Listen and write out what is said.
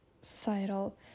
societal